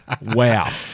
Wow